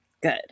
Good